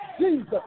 Jesus